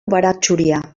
baratxuria